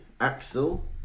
Axel